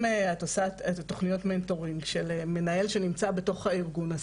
אם את עושה את תוכניות המנטורינג של מנהל שנמצא בתוך הארגון,